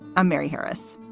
i'm mary harris.